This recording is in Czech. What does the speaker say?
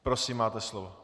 Prosím, máte slovo.